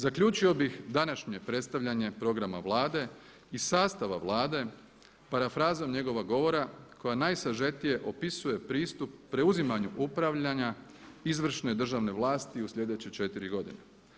Zaključio bi današnje predstavljanje programa Vlade i sastava Vlade parafrazom njegova govora koja najsažetije opisuje pristup preuzimanju upravljanja izvršne državne vlasti u slijedeće četiri godine.